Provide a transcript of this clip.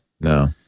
No